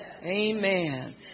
Amen